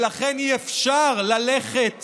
ולכן אי-אפשר ללכת